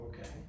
okay